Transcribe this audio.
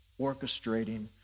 orchestrating